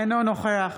אינו נוכח